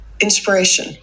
Inspiration